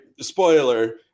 spoiler